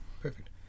Perfect